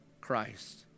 Christ